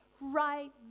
Right